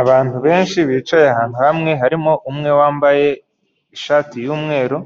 Abantu benshi bicaye ahantu hamwe harimo umwe wambaye ishati y'umweru